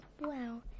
Wow